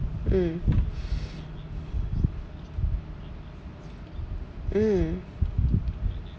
mm mm